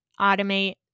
automate